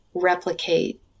replicate